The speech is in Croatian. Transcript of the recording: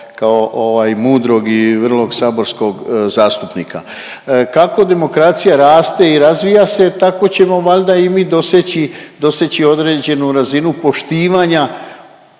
ovaj mudrog i vrlog saborskog zastupnika. Kako demokracija raste i razvija se tako ćemo valjda i mi doseći, doseći određenu razinu poštivanja